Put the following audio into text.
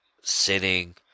sinning